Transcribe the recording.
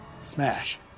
smash